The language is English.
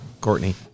Courtney